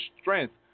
strength